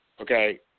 Okay